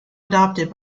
adopted